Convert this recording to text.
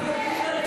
אתה גינית רצח, ?